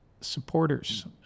supporters